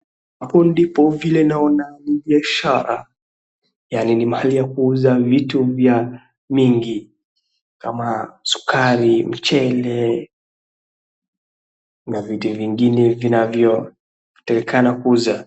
Hapo ndipo vile naona ni biashara. Yaani ni mahali ya kuuza vitu vya mingi kama sukari, mchele na vitu vingine vinavyotakikana kuuza.